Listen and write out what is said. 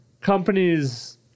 companies